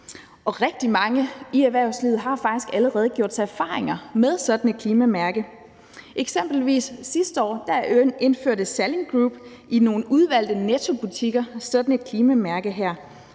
og rigtig mange i erhvervslivet har faktisk allerede gjort sig erfaringer med sådan et klimamærke. Eksempelvis indførte Salling Group sidste år et klimamærke i nogle udvalgte Nettobutikker, og langt størstedelen